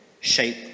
shape